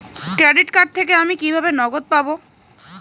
Credit card থেকে আমি কিভাবে নগদ পাব?